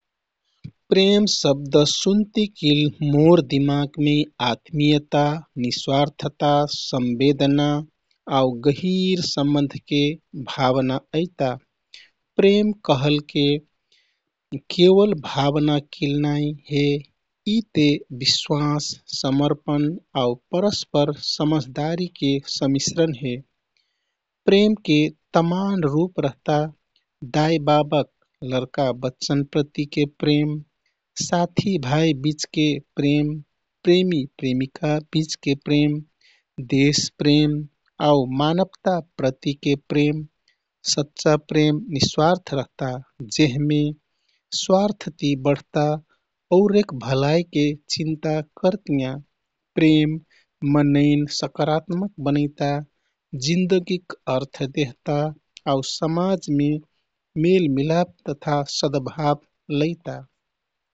"प्रेम" शब्द सुन्तिकिल मोर दिमागमे आत्मीयता, निस्वार्थता, संवेदना आउ गंहिर सम्बन्धके भावना अइता। प्रेम कहलके केवल भावना किल नाइ हे यी ते विश्वास, समर्पण आउ परस्पर समझदारीके समिश्रण हे। प्रेमके तमान रुप रहता। दाइ-बाबाक, लरका-बच्चनप्रतिके प्रेम, साथीभाइबिचके प्रेम। प्रेमी प्रेमिका बिचके प्रेम, देशप्रेम आउ मानवताप्रतिके प्रेम। सच्चा प्रेम निस्वार्थ रहता, जेहमे स्वार्थती बढता औरेक भलाइके चिन्ता करतियाँ। प्रेम मनैन सकारात्मक बनैता, जीन्दगीक अर्थ देहता आउ समाजमे मेलमिलाप तथा सदभाव लैता।